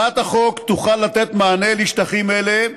הצעת החוק תוכל לתת מענה לשטחים אלה,